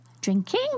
drinking